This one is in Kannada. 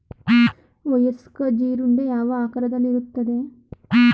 ವಯಸ್ಕ ಜೀರುಂಡೆ ಯಾವ ಆಕಾರದಲ್ಲಿರುತ್ತದೆ?